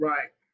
Right